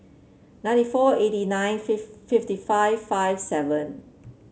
ninety four eighty nine fifth fifty five five seven